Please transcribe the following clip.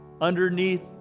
underneath